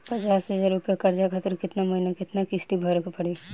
पचास हज़ार रुपया कर्जा खातिर केतना महीना केतना किश्ती भरे के पड़ी?